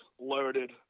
loaded